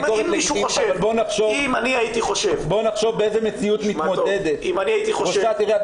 בואו נחשוב באיזו מציאות מתמודדת ראשת העיר,